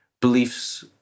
beliefs